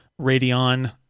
radeon